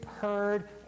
heard